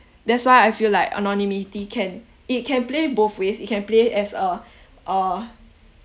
that's why I feel like anonymity can it can play both ways it can play as a uh